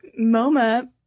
MoMA